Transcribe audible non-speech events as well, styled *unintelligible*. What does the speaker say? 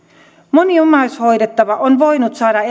moni omaishoidettava on voinut saada *unintelligible*